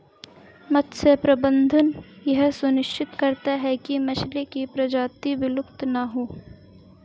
मत्स्य प्रबंधन यह सुनिश्चित करता है की मछली की प्रजाति विलुप्त ना हो